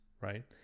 right